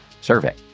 survey